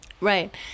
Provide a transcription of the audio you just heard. Right